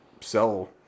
sell